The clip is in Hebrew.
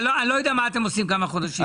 אני לא יודע מה אתם עושים כמה חודשים.